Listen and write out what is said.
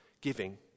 giving